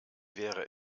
wäre